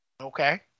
Okay